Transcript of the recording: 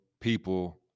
people